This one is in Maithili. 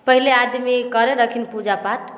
पहिले आदमी करै रहखिन पूजा पाठ